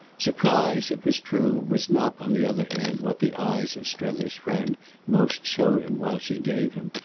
surprise, it was true, was not on the other hand what the eyes of strether's friend most showed him while she gave him,